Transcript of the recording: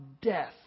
death